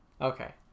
Okay